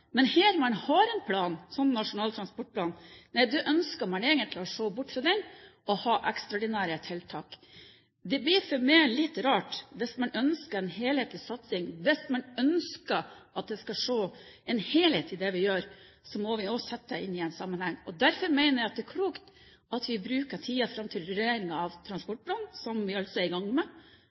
men her hvor man har en plan, som Nasjonal transportplan, nei da ønsker man egentlig å se bort fra den og ha ekstraordinære tiltak. Det blir for meg litt rart. Hvis man ønsker en helhetlig satsing, hvis man ønsker å se en helhet i det vi gjør, så må vi også sette det inn i en sammenheng. Derfor mener jeg at det er klokt at vi bruker tiden fram til rulleringen av transportplanen, som vi altså er i gang med,